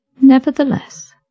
Nevertheless